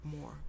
more